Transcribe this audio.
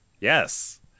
yes